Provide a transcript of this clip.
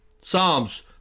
Psalms